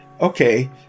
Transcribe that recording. okay